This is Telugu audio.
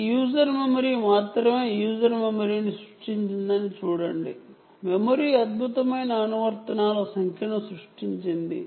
ఈ యూజర్ మెమరీ అద్భుతమైన అప్లికేషన్స్ ను సృష్టించింది